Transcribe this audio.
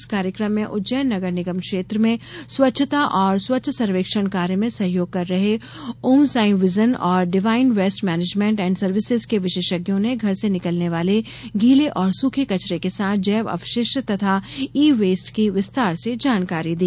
इस कार्यक्रम में उज्जैन नगर निगम क्षेत्र में स्वच्छता और स्वच्छ सर्वेक्षण कार्य में सहयोग कर रहे ओम सांई विजन और divine waste management and services के विशेषज्ञों ने घर से निकलने वाले गीले और सूखे कचरे के साथ जैव अपशिष्ट तथा ई वेस्ट की विस्तार से जानकारी दी